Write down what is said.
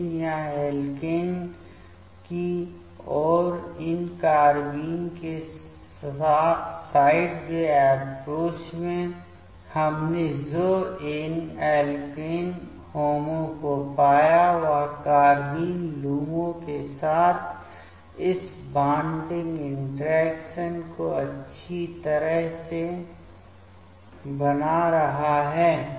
लेकिन यहाँ एल्केन की ओर इन कार्बाइन के साइडवे अप्रोच में हमने जो इन एल्केन HOMO को पाया वह कार्बाइन LUMO के साथ इस बॉन्डिंग इंटरैक्शन को अच्छी तरह से बना रहा है